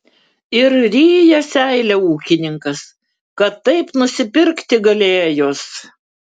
ir ryja seilę ūkininkas kad taip nusipirkti galėjus